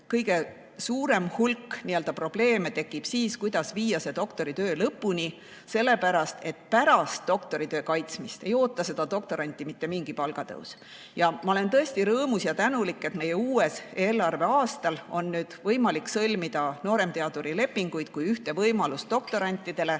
kõige suurem hulk probleeme sellega, kuidas viia see doktoritöö lõpuni, sest pärast doktoritöö kaitsmist ei oota seda doktoranti mitte mingi palgatõus. Ma olen tõesti rõõmus ja tänulik, et uuel eelarveaastal on võimalik sõlmida nooremteadurilepinguid, see on üks võimalus doktorantidele